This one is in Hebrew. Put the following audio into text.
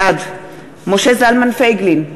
בעד משה זלמן פייגלין,